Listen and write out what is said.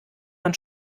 man